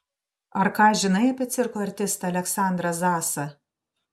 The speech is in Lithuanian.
ar ką žinai apie cirko artistą aleksandrą zasą